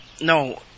no